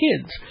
kids